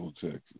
Texas